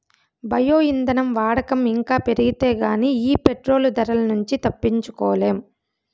bio ఇంధనం వాడకం ఇంకా పెరిగితే గానీ ఈ పెట్రోలు ధరల నుంచి తప్పించుకోలేం